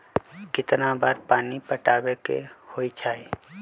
कितना बार पानी पटावे के होई छाई?